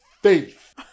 Faith